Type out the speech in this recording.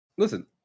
Listen